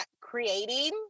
creating